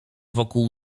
wokół